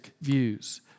views